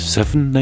Seven